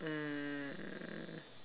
um